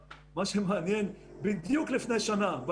מה שאני נתקלתי בו